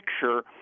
picture